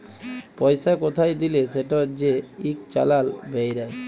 পইসা কোথায় দিলে সেটর যে ইক চালাল বেইরায়